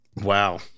Wow